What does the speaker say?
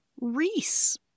Reese